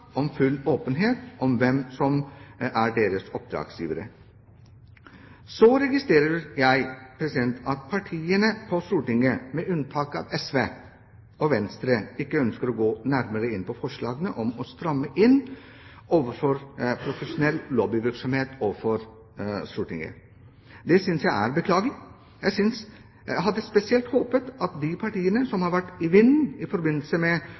full åpenhet om hvem som er deres oppdragsgivere. Så registrerer jeg at partiene på Stortinget, med unntak av SV og Venstre, ikke ønsker å gå nærmere inn på forslagene om å stramme inn overfor profesjonell lobbyvirksomhet overfor Stortinget. Det synes jeg er beklagelig. Jeg hadde spesielt håpet at de partiene som har vært i vinden i forbindelse med